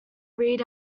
read